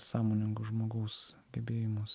sąmoningo žmogaus gebėjimas